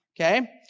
Okay